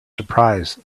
surprise